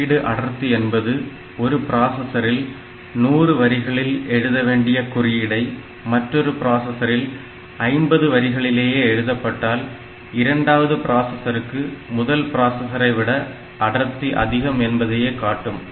குறியீடு அடர்த்தி என்பது ஒரு ப்ராசசரில் 100 வரிகளில் எழுதவேண்டிய குறியீடை மற்றொரு ப்ராசசரில் 50 வரிகளிலேயே எழுதப்பட்டால் இரண்டாவது ப்ராசசருக்கு முதல் பிராஸஸரை விட அடர்த்தி அதிகம் என்பதை காட்டும்